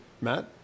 Matt